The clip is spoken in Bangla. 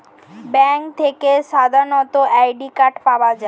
ব্যাঙ্ক থেকে সাধারণ অ্যাকাউন্ট পাওয়া যায়